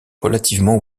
relativement